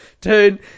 Dude